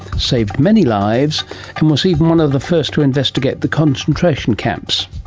saved many lives and was even one of the first to investigate the concentration camps.